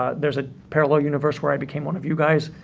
there's a parallel universe where i became one of you guys,